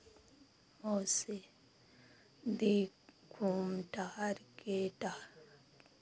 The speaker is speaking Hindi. वैसे दी घूम टहर कि टहर